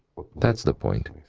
that's the point.